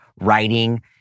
writing